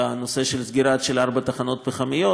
בנושא של סגירת ארבע תחנות פחמיות,